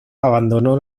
abandonó